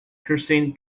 christine